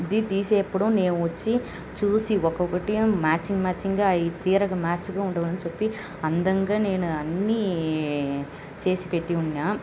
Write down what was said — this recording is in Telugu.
ఇది తీసేప్పుడు నేను వచ్చి చూసి ఒకొకటి మ్యాచింగ్ మ్యాచింగ్గా ఈ చీరకు మ్యాచ్గా ఉండును అని చెప్పి అందంగా నేను అన్నీ చేసి పెట్టి ఉన్నా